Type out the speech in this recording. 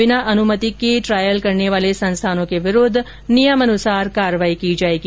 बिना अनुमति के क्लिनिकल द्रायल करने वाले संस्थानों के विरूद्व नियमानुसार कार्यवाही की जाएगी